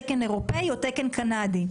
תקן אירופאי או תקן קנדי.